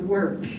Work